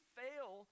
fail